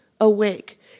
awake